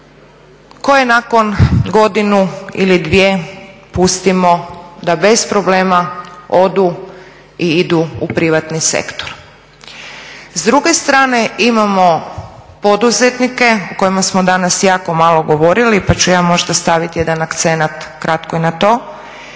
koje nakon godinu ili dvije pustimo da bez problema odu i idu u privatni sektor. S druge strane imamo poduzetnike o kojima smo danas jako malo govorili pa ću ja možda staviti jedan akcenat kratko i na to